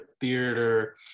theater